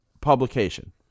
publication